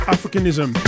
Africanism